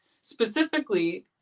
specifically